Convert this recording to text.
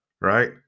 right